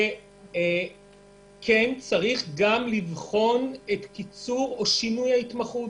צריך לבחון את קיצור ההתמחות.